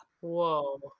Whoa